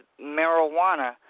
marijuana